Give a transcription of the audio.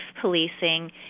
policing